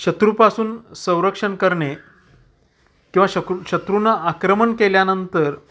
शत्रूपासून संरक्षण करणे किंवा शक शत्रूनं आक्रमण केल्यानंतर